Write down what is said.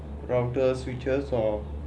routers switches or